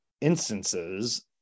instances